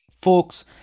Folks